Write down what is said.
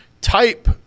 type